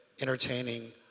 entertaining